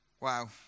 Wow